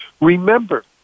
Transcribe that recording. Remember